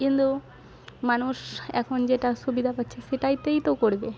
কিন্তু মানুষ এখন যেটার সুবিধা পাচ্ছে সেটাইতেই তো করবে